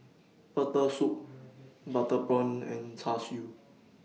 Turtle Soup Butter Prawns and Char Siu